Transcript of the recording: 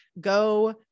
go